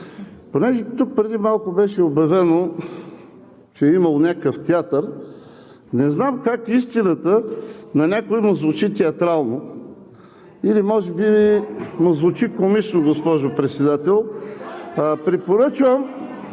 като тук преди малко беше обявено, че е имало някакъв театър, не знам как истината на някой му звучи театрално или може би му звучи комично, госпожо Председател! (Шум